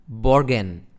Borgen